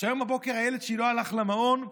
כשהיום בבוקר הילד שלי לא הלך למעון,